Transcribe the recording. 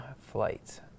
flight